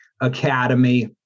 academy